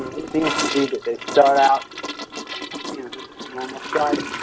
it seems to be that they start out you know just normal sightings